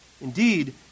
Indeed